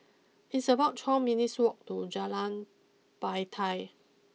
it's about twelve minutes' walk to Jalan Batai